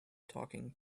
talking